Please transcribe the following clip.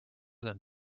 than